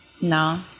No